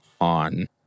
on